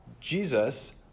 Jesus